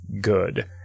good